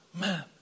Man